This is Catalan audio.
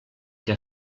que